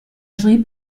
schrieb